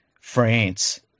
France